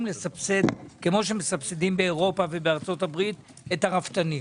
שכמו באירופה ובארצות הברית מסבסדים את הרפתנים.